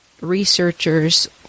researchers